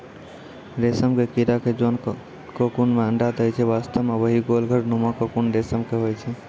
रेशम के कीड़ा जोन ककून मॅ अंडा दै छै वास्तव म वही गोल घर नुमा ककून रेशम के होय छै